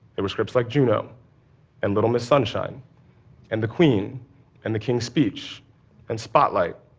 they were scripts like juno and little miss sunshine and the queen and the king's speech and spotlight.